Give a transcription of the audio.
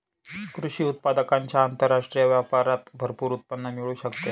कृषी उत्पादकांच्या आंतरराष्ट्रीय व्यापारात भरपूर उत्पन्न मिळू शकते